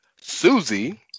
Susie